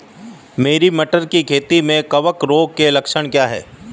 मेरी मटर की खेती में कवक रोग के लक्षण क्या हैं?